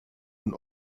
und